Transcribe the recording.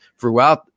throughout